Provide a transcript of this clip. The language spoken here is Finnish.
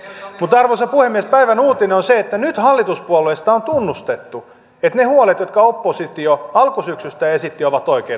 mutta arvoisa puhemies päivän uutinen on se että nyt hallituspuolueista on tunnustettu että ne huolet jotka oppositio alkusyksystä esitti ovat oikeita